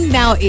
now